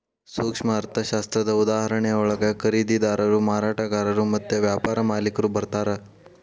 ಸೂಕ್ಷ್ಮ ಅರ್ಥಶಾಸ್ತ್ರದ ಉದಾಹರಣೆಯೊಳಗ ಖರೇದಿದಾರರು ಮಾರಾಟಗಾರರು ಮತ್ತ ವ್ಯಾಪಾರ ಮಾಲಿಕ್ರು ಬರ್ತಾರಾ